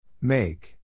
Make